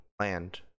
land